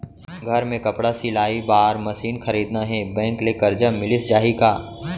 घर मे कपड़ा सिलाई बार मशीन खरीदना हे बैंक ले करजा मिलिस जाही का?